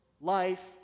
life